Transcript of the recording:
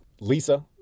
Lisa